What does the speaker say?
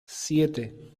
siete